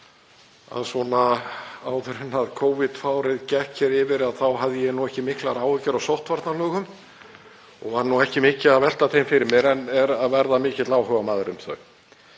að áður en Covid-fárið gekk hér yfir hafði ég ekki miklar áhyggjur af sóttvarnalögum, og var ekki mikið að velta þeim fyrir mér, en er að verða mikill áhugamaður um þau.